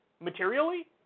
materially